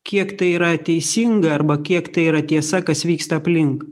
kiek tai yra teisinga arba kiek tai yra tiesa kas vyksta aplink